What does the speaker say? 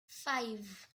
five